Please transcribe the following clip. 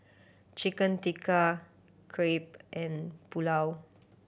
Chicken Tikka Crepe and Pulao